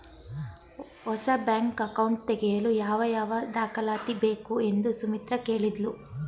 ಹೊಸ bank account ತೆಗೆಯಲು ಯಾವ ಯಾವ ದಾಖಲಾತಿ ಬೇಕು ಎಂದು ಸುಮಿತ್ರ ಕೇಳಿದ್ಲು